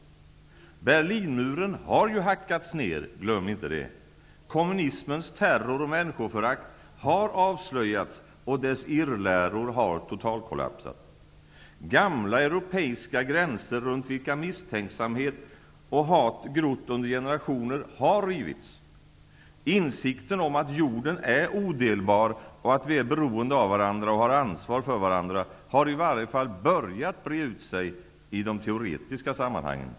Berlinmuren har hackats ner, glöm inte det! -- Kommunismens terror och människoförakt har avslöjats och dess irrläror har totalkollapsat. -- Gamla europeiska gränser, runt vilka misstänksamhet och hat grott under generationer, har rivits. -- Insikten om att jorden är odelbar och att vi är beroende av varandra och har ansvar för varandra har i varje fall börjat breda ut sig i de teoretiska sammanhangen.